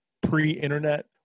pre-internet